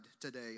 today